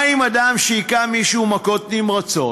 מה עם אדם שהיכה מישהו מכות נמרצות?